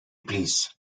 please